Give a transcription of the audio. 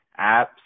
apps